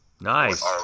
Nice